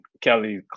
Kelly